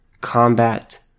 combat